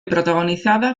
protagonizada